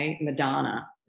Madonna